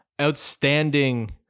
outstanding